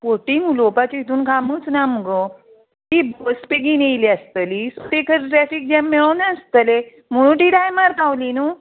फोटींग उलोवपाचे हितून कामूच ना मुगो ती बस बेगीन येयली आसतली सो ते खंय ट्रॅफीक जॅम मेळो नासतले म्हणून ती टायमार पावली न्हू